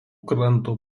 kranto